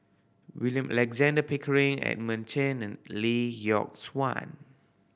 William Alexander Pickering Edmund Chen and Lee Yock Suan